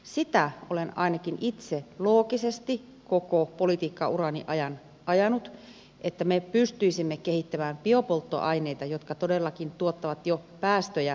sitä olen ainakin itse loogisesti koko politiikka urani ajan ajanut että me pystyisimme kehittämään biopolttoaineita jotka todellakin tuottavat jo päästöjä vähemmän